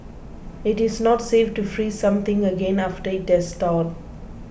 it is not safe to freeze something again after it has thawed